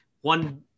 one